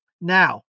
Now